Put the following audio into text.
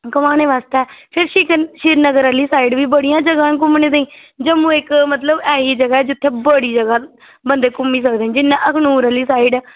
घुमामानै आस्तै फिर श्रीनगर आह्ली साइड बी बड़ियां जगहां न घुम्मनै ताहीं जम्मू इक मतलब एह् गै मतलब जित्थेै बड़ी जगह जित्थै बंदे घुम्मी सकदे जि'यां अखनूर आह्ली साईड